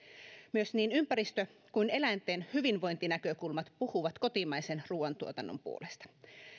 myös niin ympäristö kuin eläinten hyvinvointinäkökulmat puhuvat kotimaisen ruoantuotannon puolesta